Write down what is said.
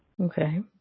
Okay